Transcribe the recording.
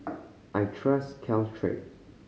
I trust Caltrate